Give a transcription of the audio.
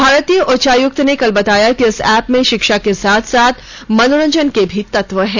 भारतीय उच्चायुक्तत ने कल बताया कि इस ऐप में शिक्षा के साथ साथ मनोरंजन के भी तत्व हैं